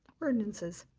ordinances,